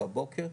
בנהריה.